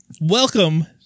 Welcome